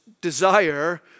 desire